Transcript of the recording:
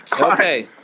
Okay